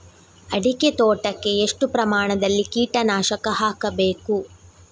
ಅಡಿಕೆ ತೋಟಕ್ಕೆ ಎಷ್ಟು ಪ್ರಮಾಣದಲ್ಲಿ ಕೀಟನಾಶಕ ಹಾಕಬೇಕು?